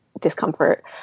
discomfort